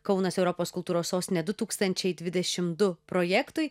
kaunas europos kultūros sostinė du tūkstančiai dvidešimt du projektui